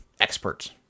experts